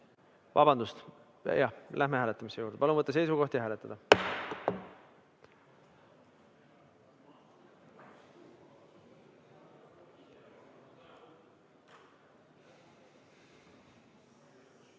Vabandust! Jah, läheme hääletamise juurde. Palun võtta seisukoht ja hääletada!